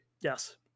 Yes